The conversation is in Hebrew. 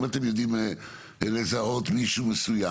אם אתם יודעים לזהות מישהו מסוים.